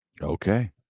Okay